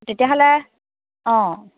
তেতিয়াহ'লে অ